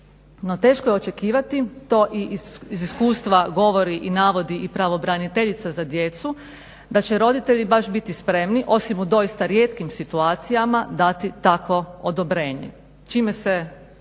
teško je očekivati, to i iz iskustva govori i navodi i pravobreniteljica za djecu da će roditelji baš biti spremni osim u doista rijetkim situacijama dati takvo odobrenje. Čime se